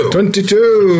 Twenty-two